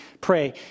pray